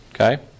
Okay